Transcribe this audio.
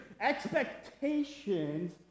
Expectations